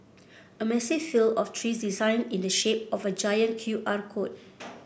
a massive field of trees designed in the shape of a giant Q R code